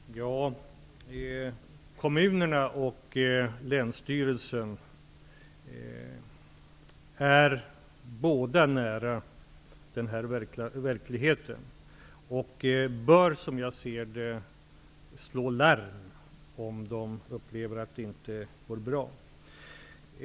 Herr talman! Både kommunerna och länsstyrelserna är nära denna verklighet. De bör, som jag ser det, slå larm om de upplever att det inte går bra.